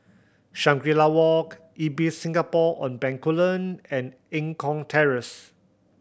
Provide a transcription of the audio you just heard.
Shangri La Walk Ibis Singapore On Bencoolen and Eng Kong Terrace